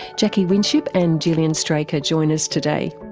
jacquie winship and gillian straker join us today.